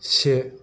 से